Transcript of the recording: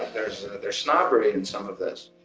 there's there's snobbery in some of this.